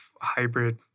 hybrid